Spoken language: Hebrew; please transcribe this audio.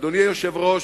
אדוני היושב-ראש,